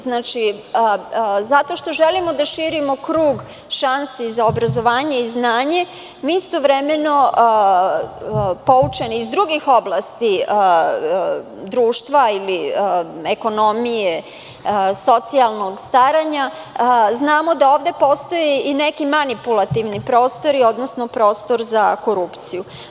Znači, zato što želimo da širimo krug šansi za obrazovanje i znanje, istovremeno poučeni iz drugih oblasti društva ili ekonomije, socijalnog staranja, znamo da ovde postoje i neki manipulativni prostori, odnosno prostor za korupciju.